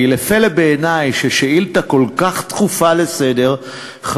כי לפלא בעיני ששאילתה כל כך דחופה לסדר-היום,